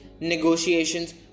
negotiations